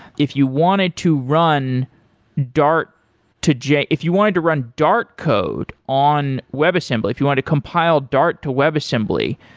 if you want it to run dart to j if you want it to run dart code on web assembly, if you want to compile dart to web assembly,